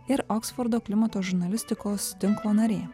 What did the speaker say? ir oksfordo klimato žurnalistikos tinklo narė